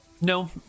No